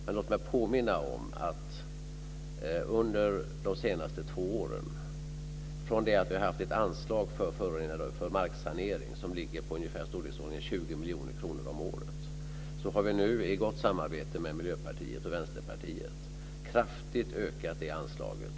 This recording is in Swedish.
Låt mig bara påminna om att vi, efter att ha haft ett anslag för marksanering i storleksordningen 20 miljoner kronor om året, nu under de senaste två åren, i gott samarbete med Miljöpartiet och Vänsterpartiet, kraftigt har ökat detta anslag.